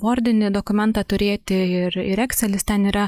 vordinį dokumentą turėti ir ir ekselis ten yra